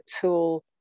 tool